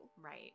right